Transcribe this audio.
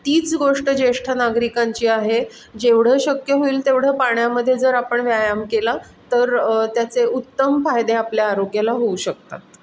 तीच गोष्ट ज्येष्ठ नागरिकांची आहे जेवढं शक्य होईल तेवढं पाण्यामध्ये जर आपण व्यायाम केला तर त्याचे उत्तम फायदे आपल्या आरोग्याला होऊ शकतात